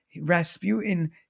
Rasputin